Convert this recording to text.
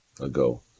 ago